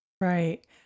right